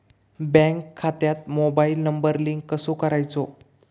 Bank खात्यात mobile number link कसो करायचो?